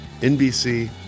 NBC